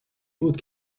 بود